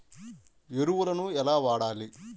ఎరువులను ఎలా వాడాలి?